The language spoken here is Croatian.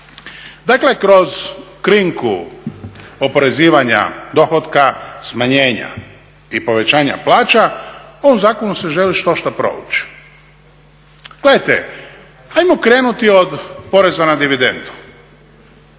Dakle kroz krinku oporezivanja dohotka, smanjenja i povećanja plaća, u ovom zakonu se želi štošta provući. Gledajte, ajmo krenuti od poreza na dividendu.